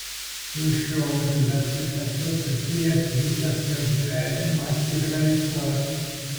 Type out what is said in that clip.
su šiuo universitetu susijęs visas jo gyvenimas ir veikla